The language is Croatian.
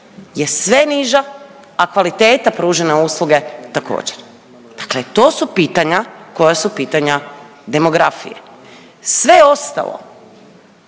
je sve niža, a kvaliteta pružene usluge također. Dakle, to su pitanja koja su pitanja demografije. Sve ostalo,